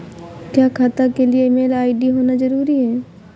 क्या खाता के लिए ईमेल आई.डी होना जरूरी है?